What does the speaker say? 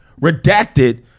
Redacted